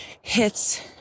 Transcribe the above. hits